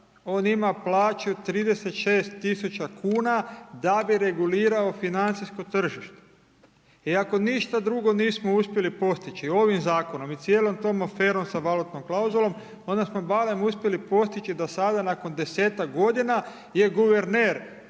on ima plaću 36 tisuća kuna da bi regulirao financijsko tržište. I ako ništa drugo nismo uspjeli postići ovim zakonom i cijelom tom aferom sa valutnom klauzulom onda smo barem uspjeli postići da sada nakon 10-ak godina je guverner